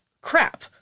crap